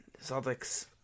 Celtics